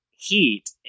heat